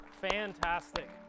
Fantastic